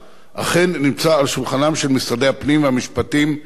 על שולחנם של משרדי הפנים והמשפטים זמן ממושך.